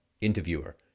interviewer